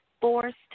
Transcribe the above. forced